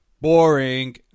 Boring